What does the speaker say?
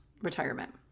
retirement